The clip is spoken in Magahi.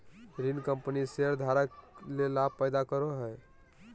ऋण कंपनी शेयरधारक ले लाभ पैदा करो हइ